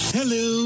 Hello